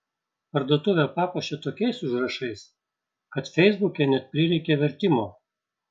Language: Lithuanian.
parduotuvę papuošė tokiais užrašais kad feisbuke net prireikė vertimo